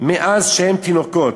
מאז שהם תינוקות.